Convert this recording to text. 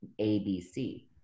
abc